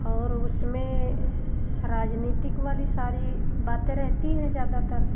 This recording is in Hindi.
और उसमें राजनीतिक वाली सारी बातें रहती हैं ज़्यादातर